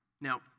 Now